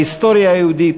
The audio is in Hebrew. ההיסטוריה היהודית,